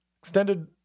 extended